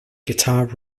guitar